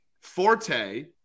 Forte